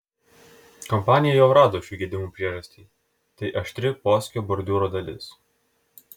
kompanija jau rado šių gedimų priežastį tai aštri posūkio bordiūro dalis